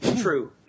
True